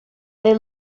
they